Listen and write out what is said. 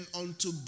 unto